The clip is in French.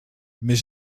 mais